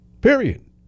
Period